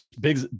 big